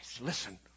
Listen